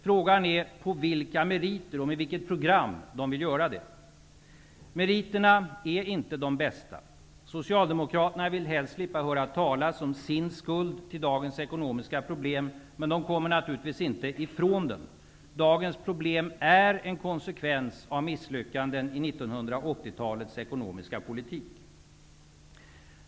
Frågan är på vilka meriter och med vilket program de vill göra det. Meriterna är inte de bästa. Socialdemokraterna vill helst slippa höra talas om sin skuld till dagens ekonomiska problem, men de kommer naturligtvis inte ifrån den. Dagens problem är en konsekvens av misslyckanden i 1980-talets ekonomiska politik.